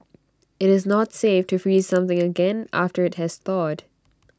IT is not safe to freeze something again after IT has thawed